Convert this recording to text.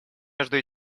между